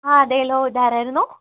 ആ അതെയല്ലോ ഇത് ആരായിരുന്നു